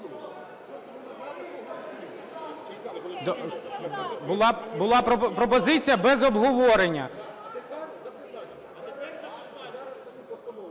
Була пропозиція без обговорення.